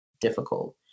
difficult